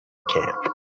camp